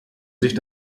sich